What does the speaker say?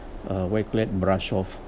uh what you call that brush off